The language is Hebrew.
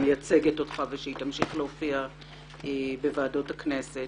מייצגת אותך ושהיא תמשיך להופיע בוועדות הכנסת,